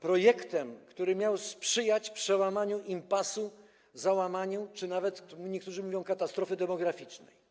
projektem, który miał sprzyjać przełamaniu impasu, zapobiec załamaniu czy nawet, niektórzy mówią, katastrofie demograficznej.